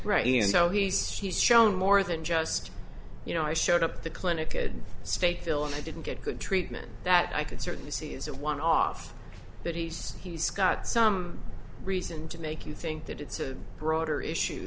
right and so he's he's shown more than just you know i showed up at the clinic at stake hill and i didn't get good treatment that i could certainly see as a one off but he's he's got some reason to make you think that it's a broader issue